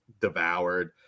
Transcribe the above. devoured